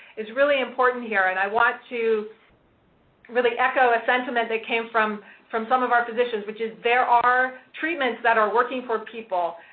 is really important here. and i want to really echo a sentiment that came from from some of our physicians, which is there are treatments that are working for people.